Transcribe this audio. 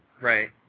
Right